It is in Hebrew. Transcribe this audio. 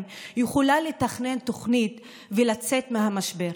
יכולה לתכנן תוכנית ולצאת מהמשבר?